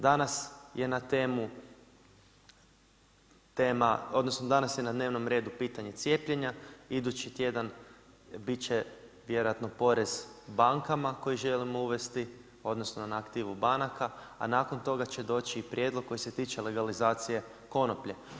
Danas je na temu, odnosno danas je na dnevnom redu pitanje cijepljenja, idući tjedan bit će vjerojatno porez bankama koji želimo uvesti, odnosno na aktivu banaka, a nakon toga će doći i prijedlog koji se tiče legalizacije konoplje.